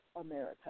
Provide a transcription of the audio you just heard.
America